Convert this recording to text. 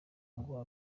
ngo